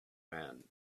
man